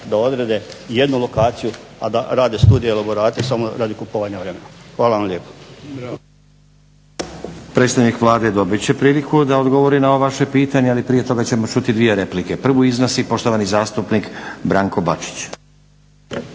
da odrede jednu lokaciju, a da rade studije i elaborate samo radi kupovanja vremena. Hvala vam lijepo.